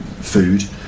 food